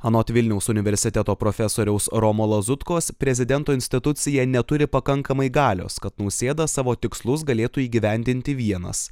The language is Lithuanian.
anot vilniaus universiteto profesoriaus romo lazutkos prezidento institucija neturi pakankamai galios kad nausėda savo tikslus galėtų įgyvendinti vienas